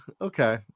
Okay